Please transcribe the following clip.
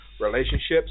relationships